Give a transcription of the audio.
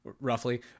roughly